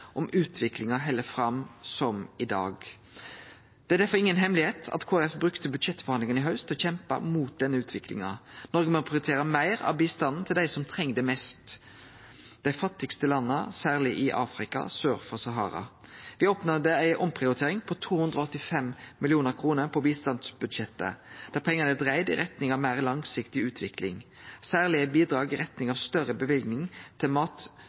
om utviklinga held fram som i dag. Det er derfor inga hemmelegheit at Kristeleg Folkeparti brukte budsjettforhandlingane i haust til å kjempe mot denne utviklinga. Noreg må prioritere meir av bistanden til dei som treng det mest, dei fattigaste landa, særleg i Afrika sør for Sahara. Me oppnådde ei omprioritering på 285 mill. kr på bistandsbudsjettet, der pengane er dreidd i retning av meir langsiktig utvikling. Særleg går bidraga i retning av større løyvingar til